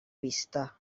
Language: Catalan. vista